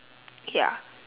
okay ah